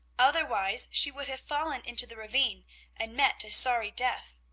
otherwise she would have fallen into the ravine and met a sorry death.